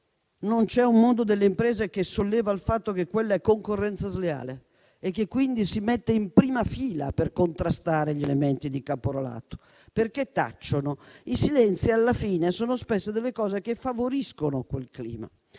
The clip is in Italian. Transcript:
non c'è un mondo delle imprese che solleva il fatto che quella è concorrenza sleale e quindi si mette in prima fila per contrastare gli elementi di caporalato? Perché tacciono? I silenzi alla fine sono spesso degli elementi che favoriscono quel clima.